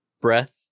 breath